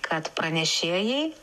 kad pranešėjai